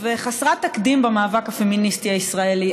וחסרת תקדים במאבק הפמיניסטי הישראלי.